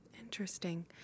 Interesting